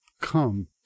come